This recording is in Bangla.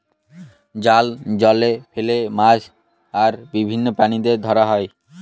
জাল জলে ফেলে মাছ আর বিভিন্ন প্রাণীদের ধরা হয়